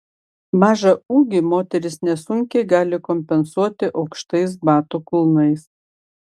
mažą ūgį moterys nesunkiai gali kompensuoti aukštais batų kulnais